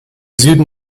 süden